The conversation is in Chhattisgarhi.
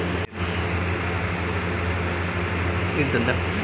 छबई मुंदई के संग कोनो भी जिनिस के बनई म बरोबर लोगन मन ल पेरोसी के जरूरत परबे करथे